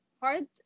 hard